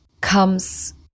comes